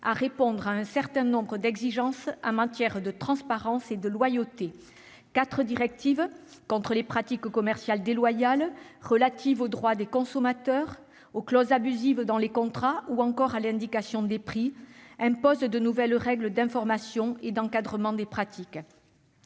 à répondre à un certain nombre d'exigences en matière de transparence et de loyauté. Quatre directives- contre les pratiques commerciales déloyales, relatives aux droits des consommateurs, aux clauses abusives dans les contrats ou encore à l'indication des prix -imposent de nouvelles règles d'information et d'encadrement des pratiques.